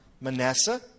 Manasseh